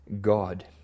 God